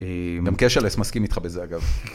גם קשלס מסכים איתך בזה אגב.